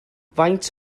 faint